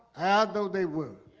i although they were